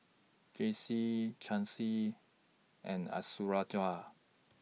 Jaycee Chauncy and